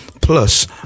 Plus